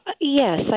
Yes